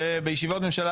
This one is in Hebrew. למשל,